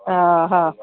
हा हा